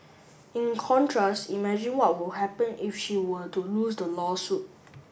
in contrast imagine what would happen if she were to lose the lawsuit